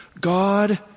God